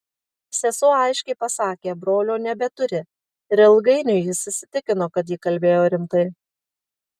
sesuo aiškiai pasakė brolio nebeturi ir ilgainiui jis įsitikino kad ji kalbėjo rimtai